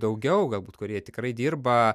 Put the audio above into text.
daugiau galbūt kurie tikrai dirba